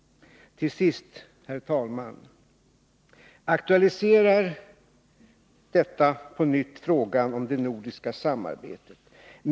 Till sist, herr talman! Detta aktualiserar på nytt frågan om det nordiska samarbetet.